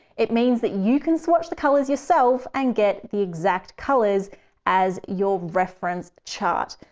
it means that you can swatch the colors yourself and get the exact colors as your reference chart,